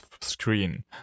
screen